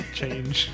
change